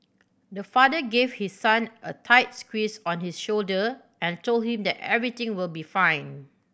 the father gave his son a tight squeeze on his shoulder and told him that everything will be fine